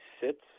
sits